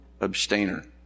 abstainer